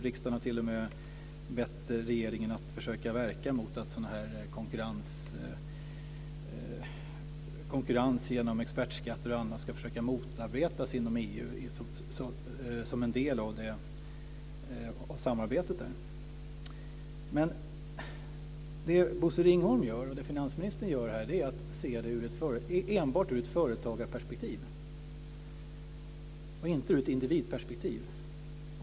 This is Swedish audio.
Riksdagen har t.o.m. bett regeringen att försöka verka för att konkurrenspåverkan genom expertskatter osv. ska motarbetas i EU som en del av samarbetet där. Men det finansminister Bosse Ringholm här gör är att se det enbart ur ett företagarperspektiv och inte ur ett individperspektiv.